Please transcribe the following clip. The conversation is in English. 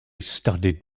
studied